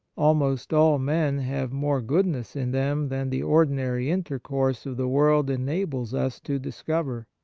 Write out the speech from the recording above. almost all men have more goodness in them than the ordinary intercourse of the world enables us to discover.